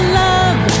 love